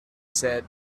said